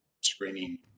screening